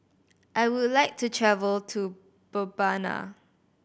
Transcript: I would like to travel to Mbabana